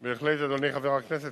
בהחלט, אדוני חבר הכנסת.